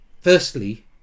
Firstly